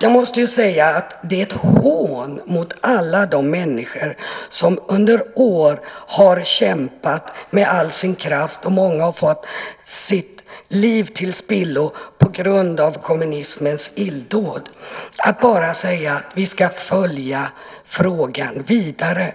Jag måste säga att det är ett hån mot alla de människor som under år har kämpat med all sin kraft - många har fått sitt liv slaget i spillror på grund av kommunismens illdåd - att bara säga: Vi ska följa frågan vidare.